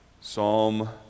Psalm